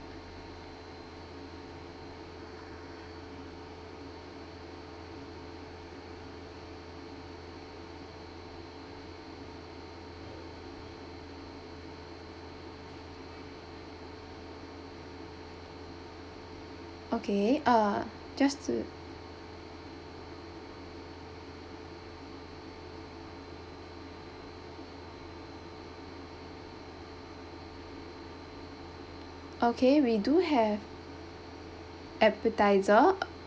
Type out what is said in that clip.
okay uh just to okay we do have appetiser